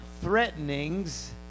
threatenings